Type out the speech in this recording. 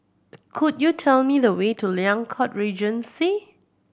could you tell me the way to Liang Court Regency